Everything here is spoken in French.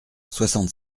soixante